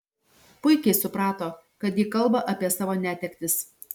puikiai suprato kad ji kalba apie savo netektis